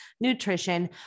nutrition